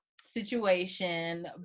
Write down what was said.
situation